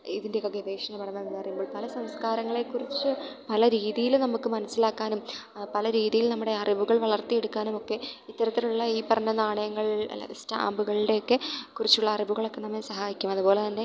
ഇതിൻ്റെയൊക്കെ ഗവേഷണ പഠനങ്ങൾ പറയുമ്പോൾ പല സംസ്കാരങ്ങളെക്കുറിച്ച് പല രീതിയിൽ നമുക്ക് മനസ്സിലാക്കാനും പല രീതിയിൽ നമ്മുടെ അറിവുകൾ വളർത്തിയെടുക്കാനുമൊക്കെ ഇത്തരത്തിലുള്ള ഈ പറഞ്ഞ നാണയങ്ങൾ അല്ലാതെ സ്റ്റാമ്പ്കളുടെയെക്കെ കുറിച്ചുള്ള അറിവുകളൊക്കെ നമ്മെ സഹായിക്കും അതുപോലെത്തന്നെ